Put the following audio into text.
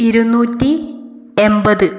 ഇരുന്നൂറ്റി എൺപത്